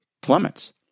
plummets